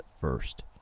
first